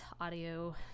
audio